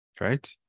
right